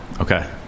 Okay